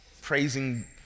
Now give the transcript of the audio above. praising